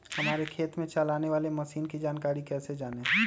हमारे खेत में चलाने वाली मशीन की जानकारी कैसे जाने?